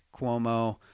Cuomo